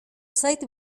zait